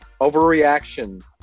overreaction